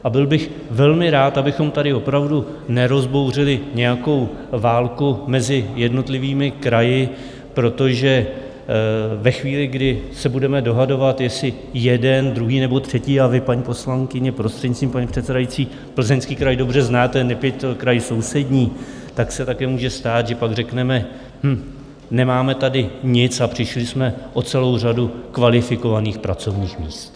A byl bych velmi rád, abychom tady opravdu nerozbouřili nějakou válku mezi jednotlivými kraji, protože ve chvíli, kdy se budeme dohadovat, jestli jeden, druhý nebo třetí, a vy, paní poslankyně, prostřednictvím paní předsedající, Plzeňský kraj dobře znáte, neb je to kraj sousední, tak se také může stát, že pak řekneme: Nemáme tady nic a přišli jsme o celou řadu kvalifikovaných pracovních míst.